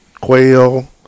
quail